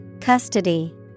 Custody